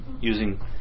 using